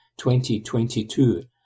2022